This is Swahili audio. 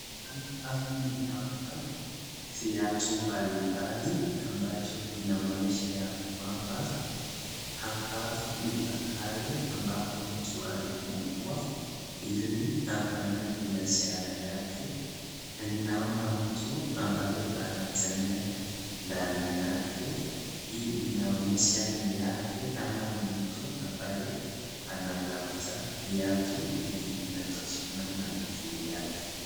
Ninaona viatu mbalimbali ambacho kinaonyesha ya kwamba hapa ni pahali ambapo mtu alifungua ili afanye biashara yake. Na ninaona mtu ambaye anatembea ndani yake. Hii inaonyesha ni yake ama ni mtu ambaye anatafuta kiatu inatoshana na mguu yake.